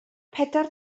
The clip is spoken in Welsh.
pedwar